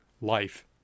life